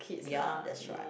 ya that's right